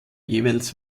jeweils